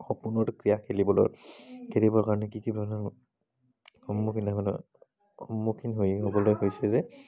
সপোনৰ ক্ৰীড়া খেলিবলৈ খেলিবৰ কাৰণে কি কি ধৰণৰ সন্মুখীন হৈ হ'বলৈ গৈছে যে